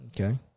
Okay